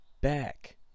back